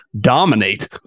dominate